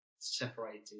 Separated